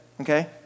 okay